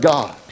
God